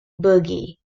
boogie